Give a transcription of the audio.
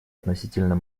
относительно